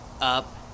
Up